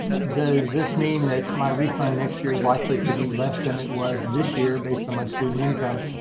does this mean that my refund next year is likely to be less than it was this year based on my student income?